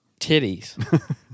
titties